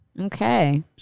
Okay